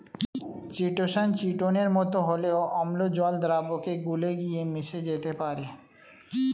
chitosan চিটোনের মতো হলেও অম্ল জল দ্রাবকে গুলে গিয়ে মিশে যেতে পারে